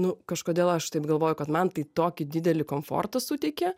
nu kažkodėl aš taip galvoju kad man tai tokį didelį komfortą suteikė